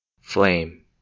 Flame